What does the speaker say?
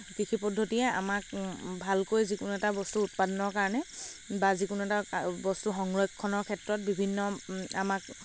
কৃষি পদ্ধতিয়ে আমাক ভালকৈ যিকোনো এটা বস্তু উৎপাদনৰ কাৰণে বা যিকোনো এটা বস্তু সংৰক্ষণৰ ক্ষেত্ৰত বিভিন্ন আমাক